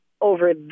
over